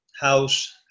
house